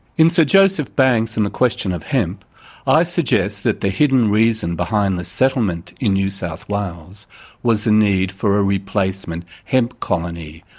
in sir joseph banks and the question of hemp i suggest that the hidden reason behind the settlement in new south wales was the need for a replacement hemp colony,